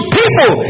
people